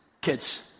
kids